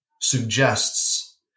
suggests